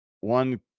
one